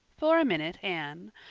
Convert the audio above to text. for a minute anne,